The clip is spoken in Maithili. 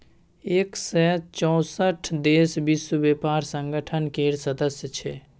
एक सय चौंसठ देश विश्व बेपार संगठन केर सदस्य छै